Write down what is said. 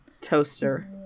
Toaster